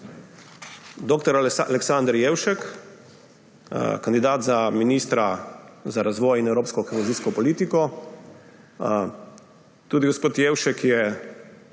Dr. Aleksander Jevšek, kandidat za ministra za razvoj in evropsko kohezijsko politiko. Tudi gospod Jevšek je